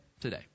today